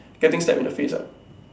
getting slapped in the face ah